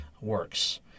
works